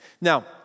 Now